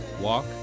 walk